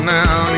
now